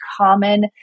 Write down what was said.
common